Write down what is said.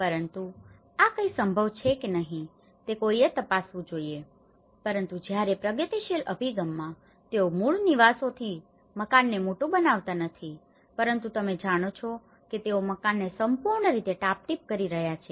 પરંતુ આ કંઈ સંભવ છે કે નહીં તે કોઈએ તપાસવું જોઈએ પરંતુ જ્યારે પ્રગતિશીલ અભિગમમાં તેઓ મૂળ નિવાસોથી મકાનને મોટું બનાવતા નથી પરંતુ તમે જાણો છો કે તેઓ મકાનને સંપૂર્ણ રીતે ટાપટીપ કરી રહ્યા છે